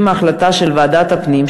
יחד עם החלטת ועדת הפנים,